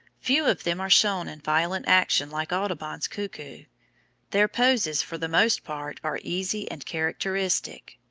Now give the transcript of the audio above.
few of them are shown in violent action like audubon's cuckoo their poses for the most part are easy and characteristic.